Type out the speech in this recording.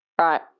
right